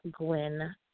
Gwen